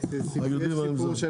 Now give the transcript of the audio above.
אין ספק, יש סיפור של